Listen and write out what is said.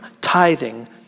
tithing